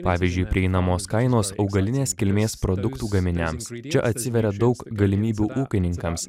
pavyzdžiui prieinamos kainos augalinės kilmės produktų gaminiams čia atsiveria daug galimybių ūkininkams